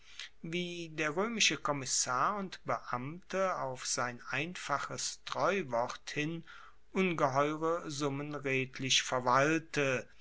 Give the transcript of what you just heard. wie der roemische kommissar und beamte auf sein einfaches treuwort hin ungeheure summen redlich verwalte